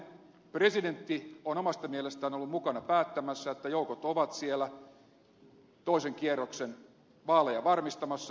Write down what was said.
presidentti on omasta mielestään ollut mukana päättämässä että joukot ovat siellä toisen kierroksen vaaleja varmistamassa